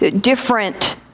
different